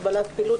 הגבלת פעילות),